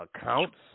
accounts